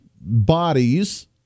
bodies